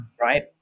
right